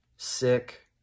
sick